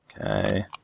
Okay